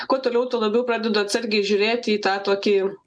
kuo toliau tuo labiau pradedu atsargiai žiūrėti į tą tokį